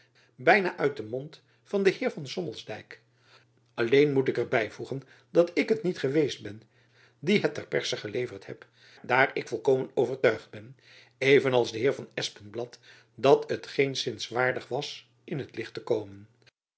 byna uit den mond van den heer van sommelsdijck alleen moet ik er byvoegen dat ik het niet geweest ben die het ter perse geleverd heb daar ik volkomen overtuigd ben even als de heer van espenblad dat het geenszins waardig was in t licht te komen